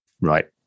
Right